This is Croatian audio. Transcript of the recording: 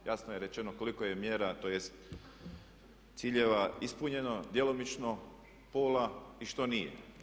Jasno je rečeno koliko je mjera, tj. ciljeva ispunjeno djelomično pola i što nije.